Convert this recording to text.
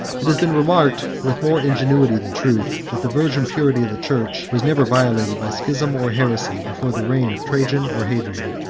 it has been remarked with more ingenuity than truth, that the virgin purity of the church was never violated by schism or heresy before the reign of trajan or hadrian,